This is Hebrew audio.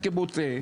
קיבוצי.